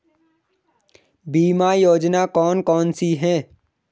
बीमा योजना कौन कौनसी हैं?